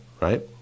right